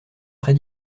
très